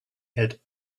had